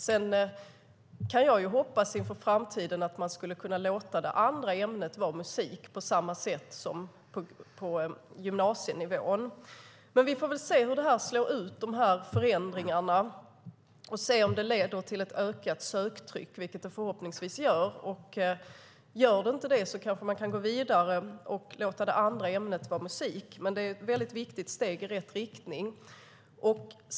Sedan kan jag hoppas inför framtiden att det andra ämnet skulle kunna vara musik, på samma sätt som på gymnasienivån. Vi får väl se hur dessa förändringar slår ut och om de leder till ett ökat söktryck, vilket de förhoppningsvis gör. Om de inte gör det kanske man kan gå vidare och låta det andra ämnet vara musik. Men det är ett väldigt viktigt steg i rätt riktning.